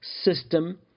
system